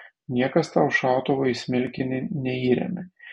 niekas tau šautuvo į smilkinį neįremia